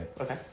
Okay